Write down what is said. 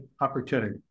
opportunity